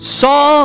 saw